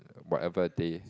whatever day